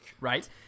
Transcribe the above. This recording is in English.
right